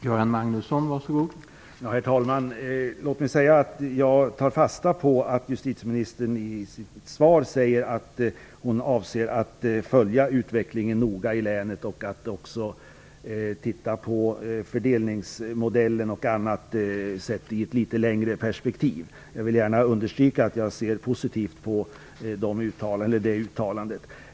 Herr talman! Jag tar fasta på att justitieministern i sitt svar säger att hon avser att följa utvecklingen i länet noga och att hon också skall titta på fördelningsmodellen etc. sett i ett litet längre perspektiv. Jag vill gärna understryka att jag ser positivt på det uttalandet.